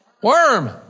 Worm